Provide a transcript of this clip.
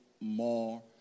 more